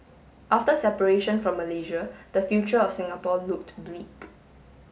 after separation from Malaysia the future of Singapore looked bleak